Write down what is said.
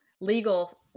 legal